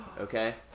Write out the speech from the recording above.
Okay